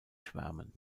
schwärmen